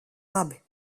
labi